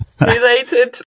Related